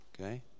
okay